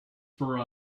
for